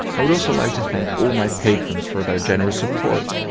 i would also like to thank all my patrons for their generous support.